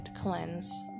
cleanse